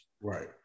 Right